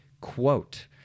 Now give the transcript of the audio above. quote—